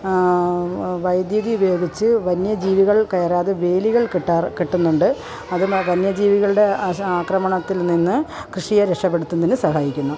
വൈദ്യുതി ഉപയോഗിച്ച് വന്യജീവികള് കയറാതെ വേലികള് കെട്ടുന്നുണ്ട് വന്യജീവികളുടെ ആക്രമണത്തില്നിന്ന് കൃഷിയെ രക്ഷപെടുത്തുന്നതിന് സഹായിക്കുന്നു